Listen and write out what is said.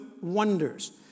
wonders